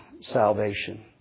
salvation